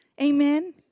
Amen